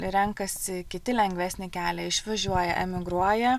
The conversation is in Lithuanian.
renkasi kiti lengvesnį kelią išvažiuoja emigruoja